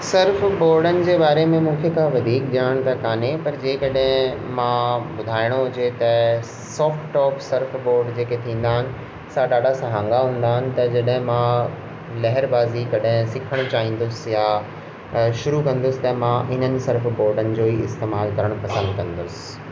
Surf बोर्डनि जे बारे में मूंखे का वधीक ॼाण त कोन्हे पर जेकॾहिं मां ॿुधाइणो हुजे त सॉफ्ट टॉप सर्फ बोर्ड जेके थींदा आहिनि असां ॾाढा सहांगा हूंदा आहिनि त जॾहिं मां लहरबाजी कॾहिं सिखणु चाहींदुसि या शुरू कंदुसि त मां इन्हनि सर्फ बोर्डनि जो ई इस्तेमाल करणु पसंदि कंदुसि